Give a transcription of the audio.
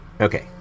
Okay